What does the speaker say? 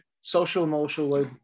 social-emotional